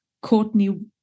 Courtney